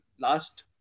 last